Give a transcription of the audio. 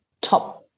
top